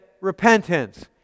repentance